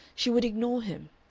she would ignore him.